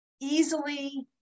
easily